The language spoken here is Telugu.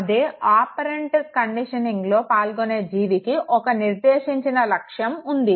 అదే ప్రచాలక నిబద్ధాభ్యసనంలో పాల్గొనే జీవికి ఒక నిర్దేశించిన లక్ష్యం ఉంది